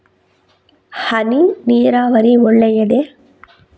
ಹನಿ ನೀರಾವರಿ ಒಳ್ಳೆಯದೇ?